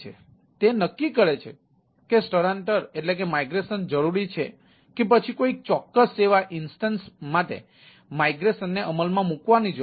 તે નક્કી કરે છે કે સ્થળાંતર જરૂરી છે કે પછી કોઈ ચોક્કસ સેવા ઇન્સ્ટન્સ માટે સ્થળાંતરને અમલમાં મૂકવાની જરૂર છે